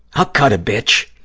i'll cut a bitch.